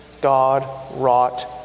God-wrought